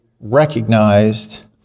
recognized